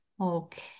Okay